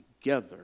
together